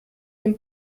dem